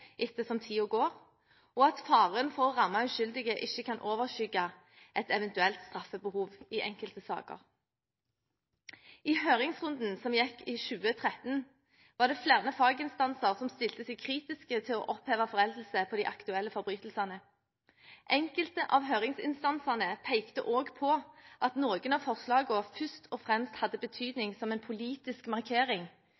etter hvert som tiden går, og at faren for å ramme uskyldige ikke kan overskygge et eventuelt straffebehov i enkelte saker. I høringsrunden som gikk i 2013, var det flere faginstanser som stilte seg kritisk til å oppheve foreldelse på de aktuelle forbrytelsene. Enkelte av høringsinstansene pekte også på at noen av forslagene først og fremst hadde